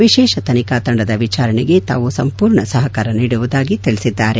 ವಿಶೇಷ ತನಿಖಾ ತಂಡದ ವಿಚಾರಣೆಗೆ ತಾವು ಸಂಪೂರ್ಣ ಸಹಕಾರ ನೀಡುವುದಾಗಿ ತಿಳಿಸಿದ್ದಾರೆ